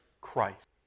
Christ